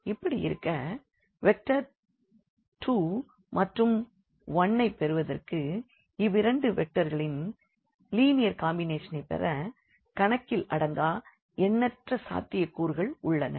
இப்படியிருக்க வெக்டர் 2 மற்றும் 1 ஐப் பெறுவதற்கு இவ்விரண்டு வெக்டர்களின் லீனியர் காம்பினேஷன் சைப் பெற கணக்கிலடங்கா எண்ணற்ற சாத்தியக் கூறுகள் உள்ளன